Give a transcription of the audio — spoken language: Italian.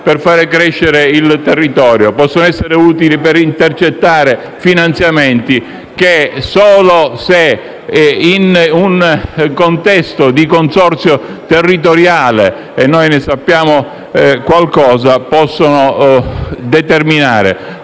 e far crescere il territorio. Possono essere utili per intercettare finanziamenti, che solo se in un contesto di consorzio territoriale - e noi ne sappiamo qualcosa - possono determinare